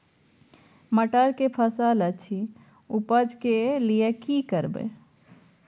मटर के फसल अछि उपज के लिये की करबै?